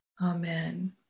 Amen